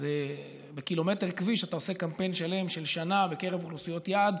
אז בקילומטר כביש אתה עושה קמפיין שלם של שנה בקרב אוכלוסיות יעד.